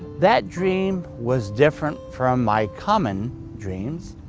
that dream was different from my common dreams.